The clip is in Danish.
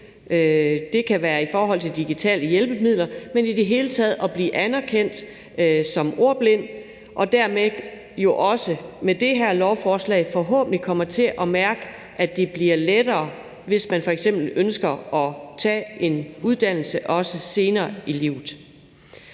Det kan være i forhold til digitale hjælpemidler, men også i det hele taget at blive anerkendt som ordblind. Dermed kommer de med det her lovforslag forhåbentlig til at mærke, at det bliver lettere, hvis man f.eks. ønsker at tage en uddannelse også senere i livet.